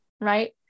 right